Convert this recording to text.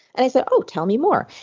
and i said, oh, tell me more.